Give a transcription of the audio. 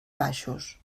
baixos